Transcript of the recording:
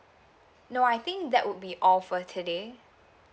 no I think that would be all for today